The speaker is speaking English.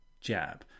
jab